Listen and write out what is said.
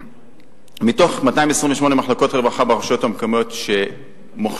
מתוך 228 מחלקות רווחה ברשויות המקומיות שמוחשבו,